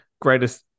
Greatest